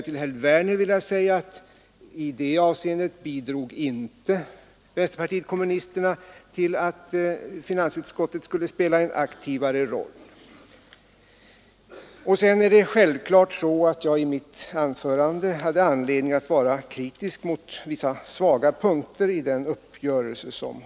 Till herr Werner vill jag säga att vänsterpartiet kommunisterna i detta avseende inte bidrog till att finansutskottet fick spela en aktivare roll. Självklart hade jag i mitt anförande anledning att vara kritisk mot vissa svaga punkter i den träffade uppgörelsen.